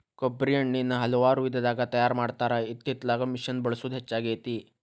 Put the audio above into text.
ಕೊಬ್ಬ್ರಿ ಎಣ್ಣಿನಾ ಹಲವಾರು ವಿಧದಾಗ ತಯಾರಾ ಮಾಡತಾರ ಇತ್ತಿತ್ತಲಾಗ ಮಿಷಿನ್ ಬಳಸುದ ಹೆಚ್ಚಾಗೆತಿ